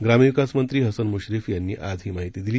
ग्रामविकासमंत्रीहसनमुश्रीफयांनीआजहीमाहितीदिली